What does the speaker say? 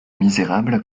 misérable